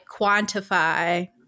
quantify